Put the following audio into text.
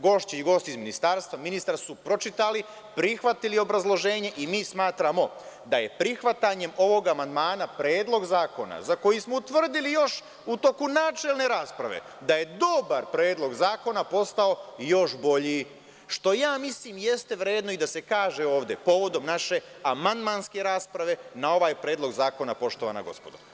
Gošće i gosti iz Ministarstva, ministar su pročitali, prihvatili obrazloženje i mi smatramo da je prihvatanjem ovog amandmana Predlog zakona za koji smo utvrdili, još u toku načelne rasprave, da je dobar predlog zakona, postao još bolji, što, mislim, i jeste vredno i da se kaže ovde, povodom naše amandmanske rasprave na ovaj Predlog zakona, poštovana gospodo.